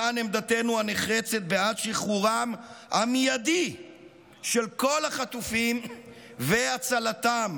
מכאן עמדתנו הנחרצת בעד שחרורם המיידי של כל החטופים והצלתם.